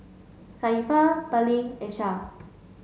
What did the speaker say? Safiya Bali and Shah